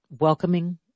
welcoming